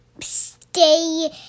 stay